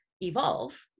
evolve